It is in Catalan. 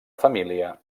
família